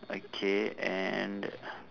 okay and